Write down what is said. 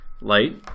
light